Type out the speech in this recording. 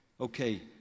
okay